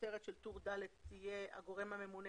הכותרת של טור ד' תהיה "הגורם הממונה